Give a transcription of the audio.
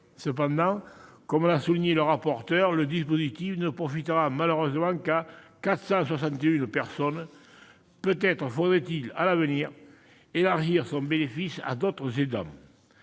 Cependant, comme l'a souligné M. le rapporteur spécial, ce dispositif ne profitera malheureusement qu'à 461 personnes ; peut-être faudrait-il, à l'avenir, élargir son bénéfice à d'autres aidants.